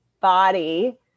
body